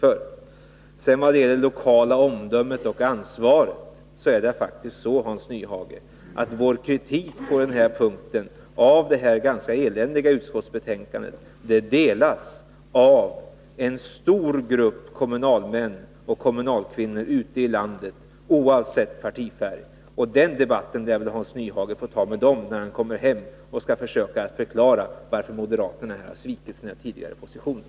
Vad sedan gäller det lokala omdömet och ansvaret vill jag säga till Hans Nyhage, att vår kritik på den punkten av det ganska eländiga utskottsbetänkandet delas av en stor grupp kommunalmän och kommunalkvinnor ute i landet, oavsett partifärg. Den debatten lär väl Hans Nyhage få ta med dem, när han kommer hem och skall försöka förklara varför moderaterna har svikit i sina tidigare positioner.